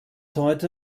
heute